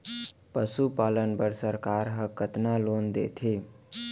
पशुपालन बर सरकार ह कतना लोन देथे?